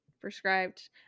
prescribed